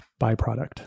byproduct